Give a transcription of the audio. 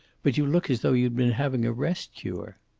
but you look as though you'd been having a rest cure.